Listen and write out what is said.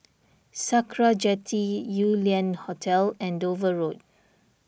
Sakra Jetty Yew Lian Hotel and Dover Road